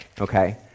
okay